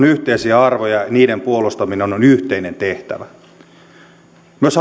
yhteisiä arvoja ja niiden puolustaminen on on yhteinen tehtävä myös